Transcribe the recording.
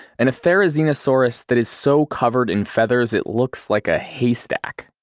and a therizinosaurus that is so covered in feathers it looks like a haystack.